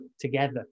together